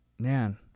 Man